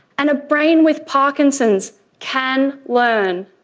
and a brain with parkinson's can learn.